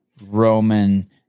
Roman